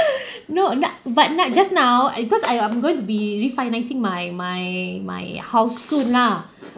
no not but not just now because I I'm going to be refinancing my my my house soon lah